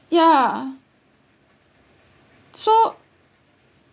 ya so